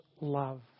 love